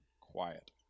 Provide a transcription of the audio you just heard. quiet